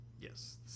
Yes